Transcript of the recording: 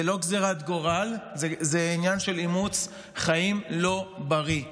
זה לא גזרת גורל, זה אימוץ אורח חיים לא בריא.